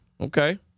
Okay